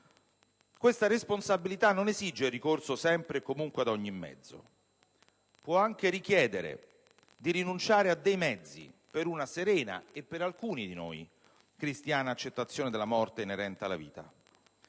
Questa responsabilità non esige il ricorso sempre e comunque ad ogni mezzo. Può anche richiedere di rinunciare a dei mezzi per una serena e, per alcuni di noi, cristiana accettazione della morte inerente alla vita.